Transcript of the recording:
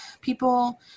people